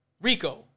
Rico